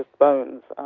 bones.